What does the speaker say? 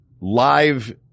live